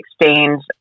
exchange